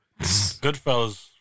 Goodfellas